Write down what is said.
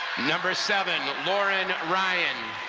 number seven, lauren ryan.